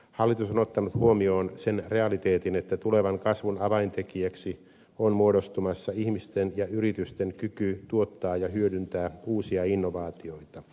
hallitus on ottanut huomioon sen realiteetin että tulevan kasvun avaintekijäksi on muodostumassa ihmisten ja yritysten kyky tuottaa ja hyödyntää uusia innovaatioita